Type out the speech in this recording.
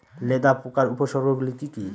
লেদা পোকার উপসর্গগুলি কি কি?